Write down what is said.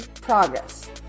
progress